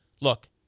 look